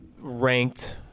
ranked